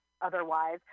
otherwise